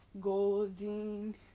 Golding